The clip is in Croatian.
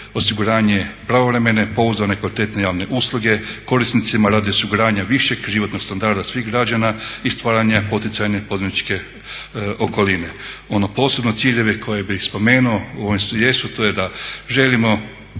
osiguranje pravovremene, pouzdane, kvalitetne javne usluge korisnicima radi osiguranja višeg životnog standarda svih građana i stvaranja poticajne poduzetničke okoline. Oni posebni ciljevi koje bih spomenuo to je da želimo